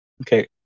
Okay